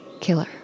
Killer